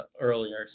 earlier